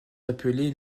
appelés